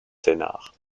sénart